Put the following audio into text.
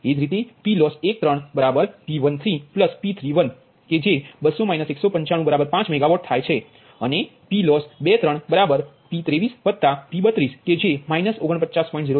એ જ રીતે PLoss13બરાબર P13P31 કે જે 200 195 5 મેગાવોટ થાય અને PLoss23બરાબર P23P32 કે જે 49